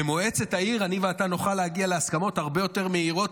ובמועצת העיר אני ואתה נוכל להגיע להסכמות הרבה יותר מהירות,